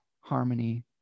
harmony